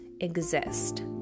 exist